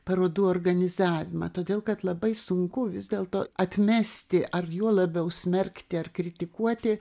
parodų organizavimą todėl kad labai sunku vis dėlto atmesti ar juo labiau smerkti ar kritikuoti